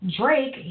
Drake